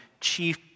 chief